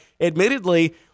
admittedly